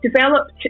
developed